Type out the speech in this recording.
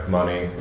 money